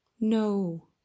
no